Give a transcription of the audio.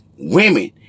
Women